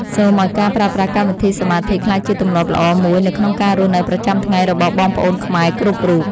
សូមឱ្យការប្រើប្រាស់កម្មវិធីសមាធិក្លាយជាទម្លាប់ល្អមួយនៅក្នុងការរស់នៅប្រចាំថ្ងៃរបស់បងប្អូនខ្មែរគ្រប់រូប។